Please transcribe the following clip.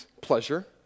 pleasure